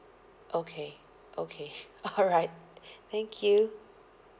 okay okay alright thank you